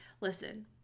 listen-